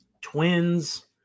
Twins